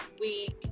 week